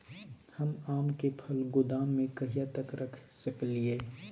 हम आम के फल गोदाम में कहिया तक रख सकलियै?